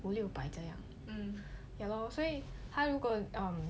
五六百这样 ya lor 所以他如果 um